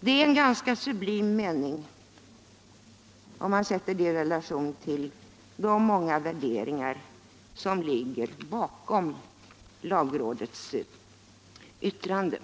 Det är en ganska sublim mening, om man sätter den i relation till de många värderingar som annars kommer till uttryck i lagrådets yttrande.